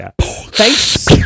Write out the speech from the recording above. Thanks